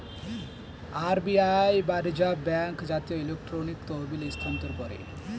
RBI বা reserve bank জাতীয় electronic তহবিল স্থানান্তর করে